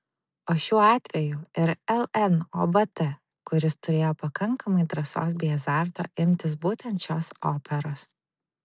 o šiuo atveju ir lnobt kuris turėjo pakankamai drąsos bei azarto imtis būtent šios operos